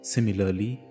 Similarly